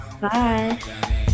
Bye